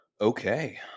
Okay